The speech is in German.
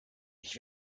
ich